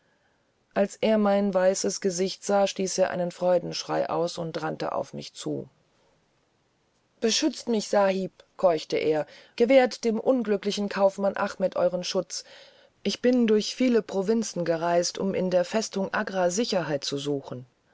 als er mein hellhäutiges gesicht sah stieß er einen kleinen freudenschrei aus und kam auf mich zugerannt helfen sie sahib keuchte er helfen sie dem unglücklichen händler achmet ich bin quer durch rajputan gereist um schutz im fort von agra zu suchen